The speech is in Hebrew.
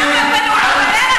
מי זה אונסק"ו?